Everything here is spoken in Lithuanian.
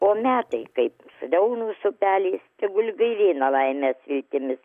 o metai kaip delnus upeliais tegul gaivina laimės viltimis